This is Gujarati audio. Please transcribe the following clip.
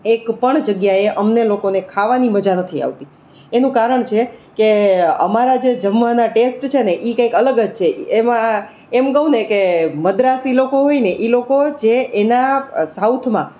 એકપણ જગ્યાએ અમને લોકોને ખાવાની મજા નથી આવતી એનું કારણ છે કે અમારા જે જમવાના ટેસ્ટ છે ને એ કઈક અલગ જ છે એમાં એમ કહુંને કે મદ્રાસી લોકો હોયને એ લોકો જે એના સાઉથમાં